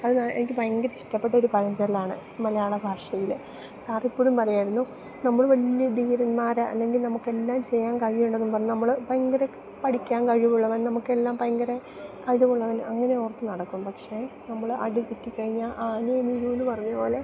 അത് എനിക്ക് ഭയങ്കര ഇഷ്ടപ്പെട്ടൊരു പഴഞ്ചൊല്ലാണ് മലയാള ഭാഷയിൽ സാറിപ്പഴും പറയായിരുന്നു നമ്മൾ വലിയ ധീരന്മാർ അല്ലെങ്കിൽ നമുക്ക് എല്ലാം ചെയ്യാൻ കഴിവുണ്ടെന്നും പറഞ്ഞ് നമ്മൾ ഭയങ്കര പഠിക്കാൻ കഴിവുള്ളവൻ നമുക്ക് എല്ലാം ഭയങ്കര കഴിവുള്ളവൻ അങ്ങനെ ഓർത്ത് നടക്കും പക്ഷേ നമ്മൾ അടി തെറ്റി കഴിഞ്ഞാൽ ആനയും വീഴൂന്ന് പറഞ്ഞത് പോലെ